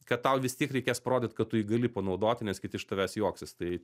kad tau vis tiek reikės parodyt kad tu jį gali panaudoti nes kiti iš tavęs juoksis tai